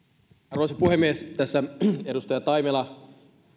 arvoisa puhemies tässä edustaja taimela